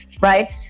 right